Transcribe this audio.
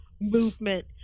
movement